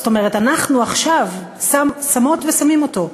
זאת אומרת, אנחנו עכשיו שמות ושמים אותו.